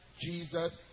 Jesus